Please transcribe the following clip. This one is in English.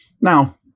Now